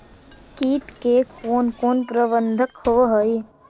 किट के कोन कोन प्रबंधक होब हइ?